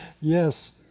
Yes